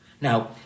Now